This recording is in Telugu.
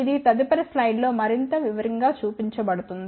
ఇది తదుపరి స్లయిడ్లో మరింత వివరంగా చూపబడుతుంది